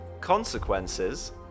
Consequences